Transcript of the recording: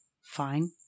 Fine